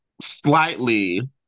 slightly